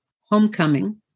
homecoming